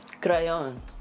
Crayon